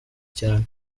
cyane